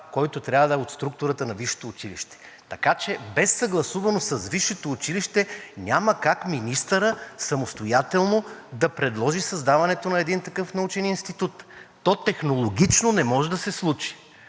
който трябва да е от структурата на висшето училище. Така че без съгласуваност с висшето училище няма как министърът самостоятелно да предложи създаването на един такъв научен институт. То технологично не може да се случи.